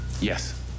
Yes